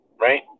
right